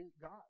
God